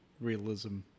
realism